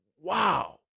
wow